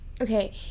okay